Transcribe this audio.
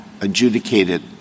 adjudicated